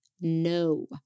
No